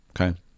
okay